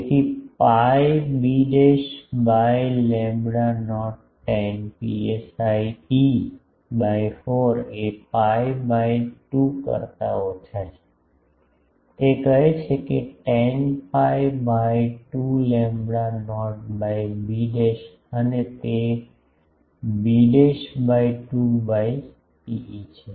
તેથી pi B by lambda naught tan psi e by 4 એ pi by 2 કરતા ઓછા છે તે કહે છે કે tan pi by 2 lambda naught by B અને તે બી બાય 2 બાય ρe છે